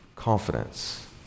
Confidence